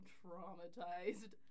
traumatized